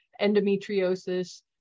endometriosis